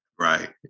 Right